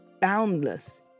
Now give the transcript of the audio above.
boundless